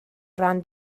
ran